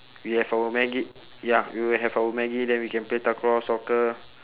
we have our maggi ya we will have our maggi then we can play takraw soccer